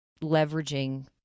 leveraging